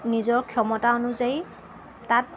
নিজৰ ক্ষমতা অনুযায়ী তাত